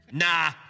nah